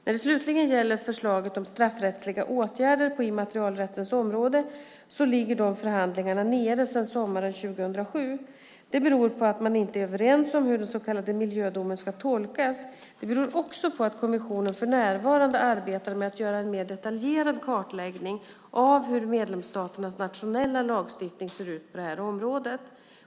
När det slutligen gäller förslaget om straffrättsliga åtgärder på immaterialrättens område ligger dessa förhandlingar nere sedan sommaren 2007. Det beror på att man inte är överens om hur den så kallade miljödomen ska tolkas. Det beror också på att kommissionen för närvarande arbetar med att göra en mer detaljerad kartläggning av hur medlemsstaternas nationella lagstiftning ser ut på detta område.